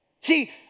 See